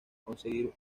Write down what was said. conseguir